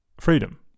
freedom